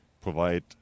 provide